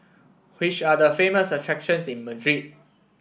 which are the famous attractions in Madrid